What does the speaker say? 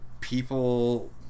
people